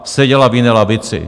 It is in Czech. Seděla v jiné lavici.